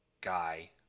guy